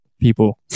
people